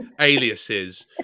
aliases